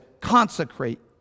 consecrate